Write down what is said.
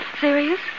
Serious